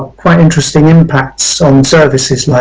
quite interesting impacts on services like